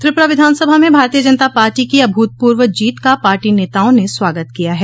त्रिपुरा विधानसभा में भारतीय जनता पार्टी की अभूतपूर्व जीत का पार्टी नेताओं ने स्वागत किया है